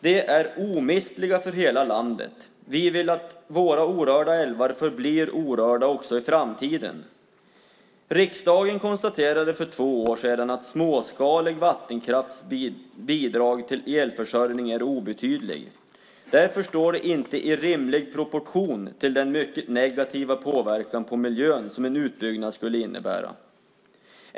De är omistliga för hela landet. Vi vill att våra orörda älvar förblir orörda också i framtiden. Riksdagen konstaterade för två år sedan att småskalig vattenkrafts bidrag till elförsörjningen är obetydlig. Därför står det inte i rimlig proportion till den mycket negativa påverkan på miljön som en utbyggnad skulle innebära.